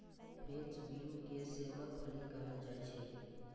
French bean के सेमक फली कहल जाइ छै